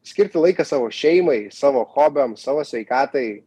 skirti laiką savo šeimai savo hobiams savo sveikatai